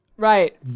Right